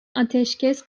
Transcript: ateşkes